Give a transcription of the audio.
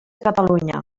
catalunya